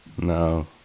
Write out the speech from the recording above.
no